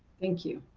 thank you.